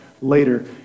later